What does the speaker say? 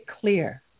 clear